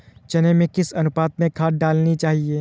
चने में किस अनुपात में खाद डालनी चाहिए?